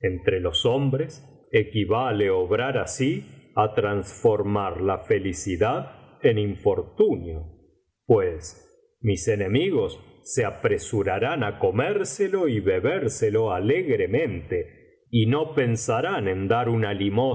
entre los hombres equivale obrar así á transformar la felicidad en infortunio pites mis enemigos se apresurarán á comérselo y debérselo alegremente y no pensarán en ciar una